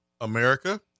America